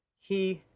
he,